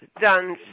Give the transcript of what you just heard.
done